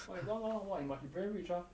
!wah! you down what what you must be very rich ah